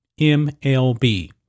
MLB